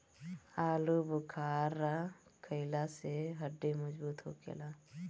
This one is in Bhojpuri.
आलूबुखारा खइला से हड्डी मजबूत होखेला